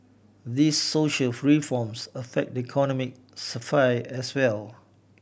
these social reforms affect the economic sphere as well